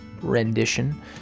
Rendition